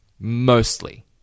mostly